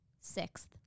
Sixth